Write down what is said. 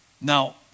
Now